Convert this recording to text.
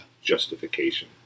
justification